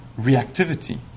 reactivity